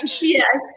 Yes